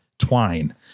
twine